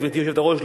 גברתי היושבת-ראש,